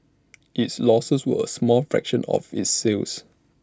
its losses were A small fraction of its sales